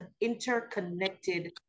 interconnected